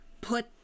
put